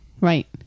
Right